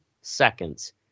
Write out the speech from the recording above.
seconds